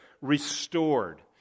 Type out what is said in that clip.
restored